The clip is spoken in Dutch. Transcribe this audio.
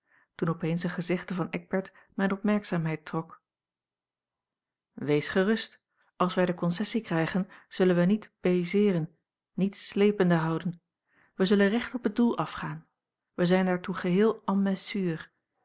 toen opeens een gezegde van eckbert mijne opmerkzaamheid trok wees gerust als wij de concessie krijgen zullen wij niet biaiseeren niets slepende houden wij zullen recht op het doel afgaan wij zijn daartoe geheel en